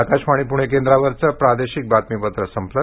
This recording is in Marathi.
आकाशवाणी पूणे केंद्रावरचं प्रादेशिक बातमीपत्र संपलं